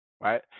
right